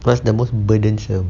what's the most burdensome